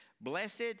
blessed